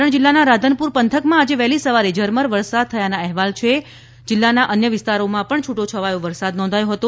પાટણ જિલ્લાના રાધનપુર પંથકમાં આજે વહેલી સવારે ઝરમર વરસાદ થયો હતો તો જિલ્લાના અન્ય વિસ્તારમાં પણ છૂટોછવાયો વરસાદ નોંધાયો હતો